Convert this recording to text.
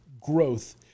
growth